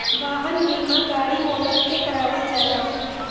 वाहन बीमा गाड़ी मोटर के करावल जाला